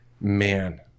Man